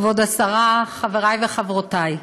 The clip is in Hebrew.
כבוד השרה, חברי וחברותי,